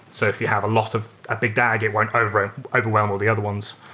so if you have a lot of a big dag, it won't overwhelm overwhelm all the other ones.